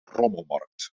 rommelmarkt